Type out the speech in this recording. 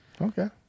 Okay